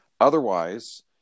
otherwise